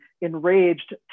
enraged